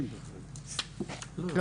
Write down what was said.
2015,